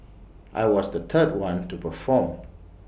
I was the third one to perform